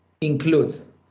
includes